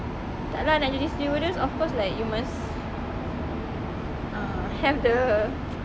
tak lah nak jadi stewardess of course like you must uh have the